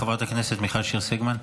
חברת הכנסת מיכל שיר סגמן.